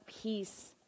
peace